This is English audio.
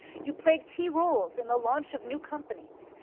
you played key roles in the launch of new companies,